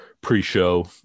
pre-show